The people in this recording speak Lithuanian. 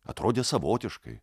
atrodė savotiškai